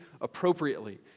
appropriately